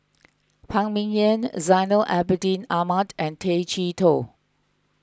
Phan Ming Yen Zainal Abidin Ahmad and Tay Chee Toh